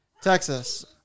Texas